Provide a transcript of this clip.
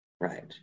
Right